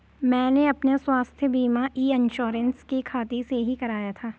मैंने अपना स्वास्थ्य बीमा ई इन्श्योरेन्स के खाते से ही कराया था